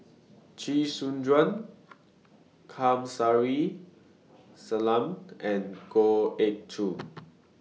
Chee Soon Juan Kamsari Salam and Goh Ee Choo